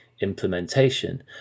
implementation